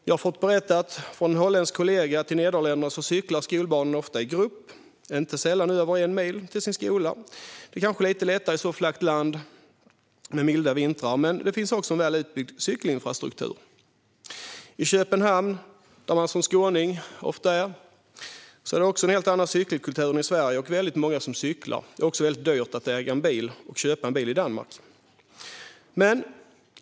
Jag har fått berättat från en holländsk kollega att skolbarnen i Nederländerna ofta cyklar i grupp, inte sällan över en mil, till sin skola. Det kanske är lite lättare i ett så flackt land med milda vintrar, men det finns även en väl utbyggd cykelinfrastruktur. I Köpenhamn, där man som skåning ofta är, är det också en helt annan cykelkultur än i Sverige och väldigt många som cyklar. Det är dessutom dyrt att köpa och äga en bil i Danmark.